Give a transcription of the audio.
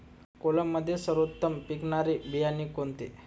कोलममध्ये सर्वोत्तम उच्च पिकणारे बियाणे कोणते?